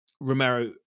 romero